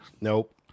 nope